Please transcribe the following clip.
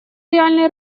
реальной